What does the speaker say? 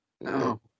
No